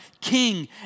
king